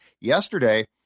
yesterday